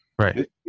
Right